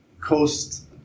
coast